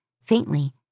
faintly